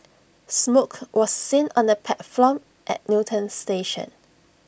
smoke was seen on the platform at Newton station